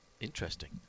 Interesting